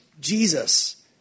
Jesus